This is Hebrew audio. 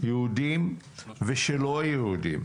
יהודים ושלא יהודים.